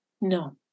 No